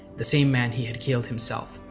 the same man he had killed himself.